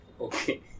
Okay